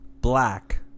Black